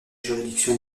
juridiction